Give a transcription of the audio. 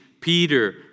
Peter